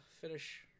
finish